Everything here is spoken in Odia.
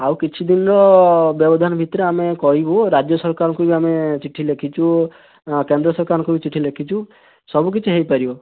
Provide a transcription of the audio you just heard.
ଆଉ କିଛି ଦିନ ବ୍ୟବଧାନ ଭିତରେ ଆମେ କହିବୁ ରାଜ୍ୟ ସରକାରଙ୍କୁ ଆମେ ଚିଠି ଲେଖିଛୁ ଅ କେନ୍ଦ୍ର ସରକାରଙ୍କୁ ବି ଚିଠି ଲେଖିଛୁ ସବୁ କିଛି ହେଇପାରିବ